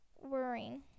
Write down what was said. worrying